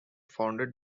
founded